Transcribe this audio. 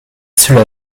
cela